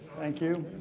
thank you.